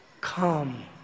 Come